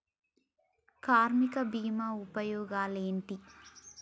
కార్మిక బీమా ఉపయోగాలేంటి?